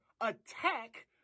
attack